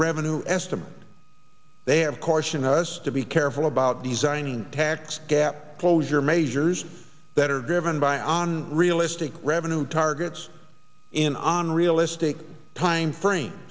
revenue estimate they have cautioned us to be careful about the xining tax gap closure measures that are given by on realistic revenue targets in on realistic time frame